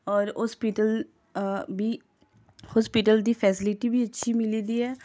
और अस्पताल बी अस्पताल दी फैसीलिटी बी अच्छी मिली दी ऐ